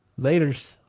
Laters